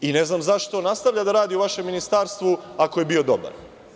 I ne znam zašto nastavlja da radi u vašem ministarstvu ako je bio dobar?